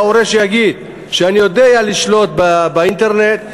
ההורה שיגיד שהוא יודע לשלוט באינטרנט,